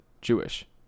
jewish